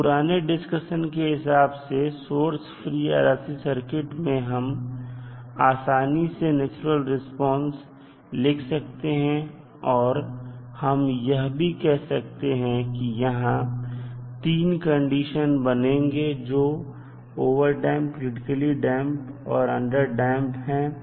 तो पुराने डिस्कशन के हिसाब से सोर्स फ्री RLC सर्किट में हम आसानी से नेचुरल रिस्पांस लिख सकते हैं और हम यह भी कह सकते हैं कि यहां 3 कंडीशन बनेंगे जो कि ओवरट डैंप क्रिटिकली डैंप और अंडर डैंप हैं